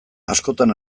askotan